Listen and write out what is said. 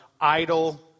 idle